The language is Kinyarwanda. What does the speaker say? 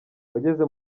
wageze